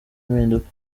impinduka